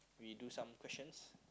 we do some questions